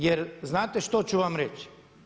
Jel' znate što ću vam reći?